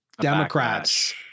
democrats